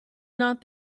not